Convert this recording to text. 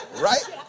Right